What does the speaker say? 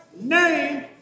name